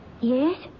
Yes